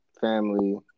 family